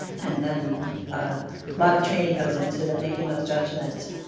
and then a lot of training goes into that making those judgments.